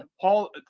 Paul